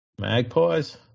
Magpies